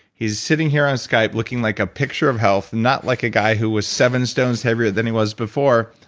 he's sitting here on skype looking like a picture of health, not like a guy who was seven stones heavier than he was before,